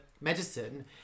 medicine